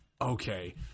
Okay